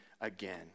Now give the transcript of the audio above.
again